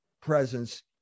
presence